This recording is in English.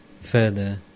Further